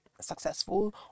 successful